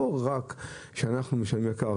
לא רק שאנחנו משלמים יקר,